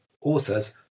authors